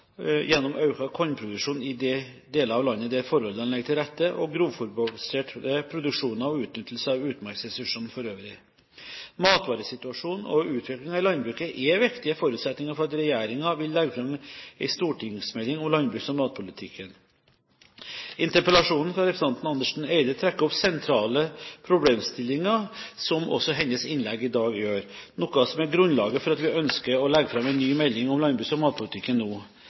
gjennom økt kornproduksjon i de delene av landet der forholdene ligger til rette, og grovfôrbaserte produksjoner og utnyttelse av utmarksressursene for øvrig. Matvaresituasjonen og utviklingen i landbruket er viktige forutsetninger for at regjeringen vil legge fram en stortingsmelding om landbruks- og matpolitikken. Interpellasjonen fra representanten Andersen Eide trekker opp sentrale problemstillinger, som også hennes innlegg i dag gjør, noe som er grunnlaget for at vi ønsker å legge fram en ny melding om landbruks- og matpolitikken nå.